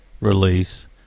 release